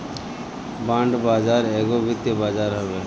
bond बाजार एगो वित्तीय बाजार हवे